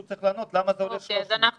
צריך לענות למה זה עולה 300. זו בדיוק השאלה.